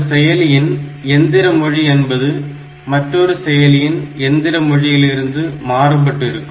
ஒரு செயலியின் எந்திர மொழி என்பது மற்றொரு செயலியின் எந்திர மொழியிலிருந்து மாறுபட்டு இருக்கும்